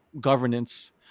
governance